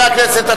(קוראת בשמות חברי הכנסת) אחמד טיבי,